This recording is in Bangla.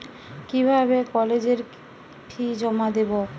কিভাবে কলেজের ফি জমা দেবো?